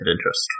interest